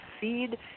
feed